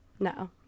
No